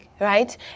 right